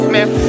Man